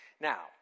Now